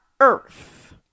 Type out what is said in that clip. earth